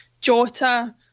Jota